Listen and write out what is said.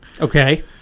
Okay